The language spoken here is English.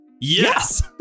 yes